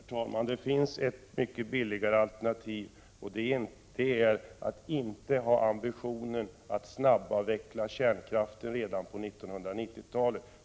Herr talman! Det finns ett mycket billigare alternativ, och det är att inte ha ambitionen att snabbavveckla kärnkraften redan på 1990-talet.